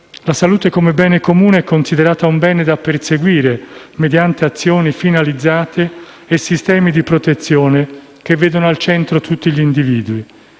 La salute come bene comune è considerata un bene da perseguire mediante azioni finalizzate e sistemi di protezione che vedono al centro tutti gli individui.